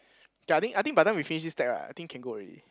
okay I think I think by time we finish this deck right I think can go already